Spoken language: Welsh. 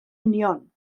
union